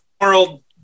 world